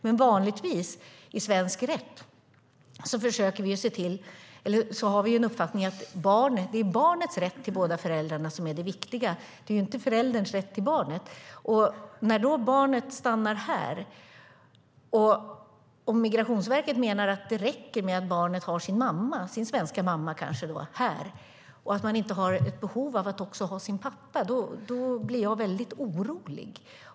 Men vanligtvis har vi i svensk rätt uppfattningen att det är barnets rätt till båda föräldrarna som är det viktiga, inte förälderns rätt till barnet. När barnet stannar här och Migrationsverket menar att det räcker att barnet har sin mamma här, som kanske är svensk, och inte har behov av att också ha sin pappa, då blir jag väldigt orolig.